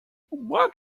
what